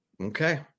Okay